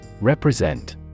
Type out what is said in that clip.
Represent